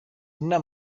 nina